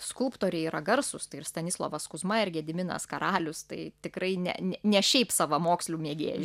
skulptoriai yra garsūs tai ir stanislovas kuzma ir gediminas karalius tai tikrai ne ne ne šiaip savamokslių mėgėjų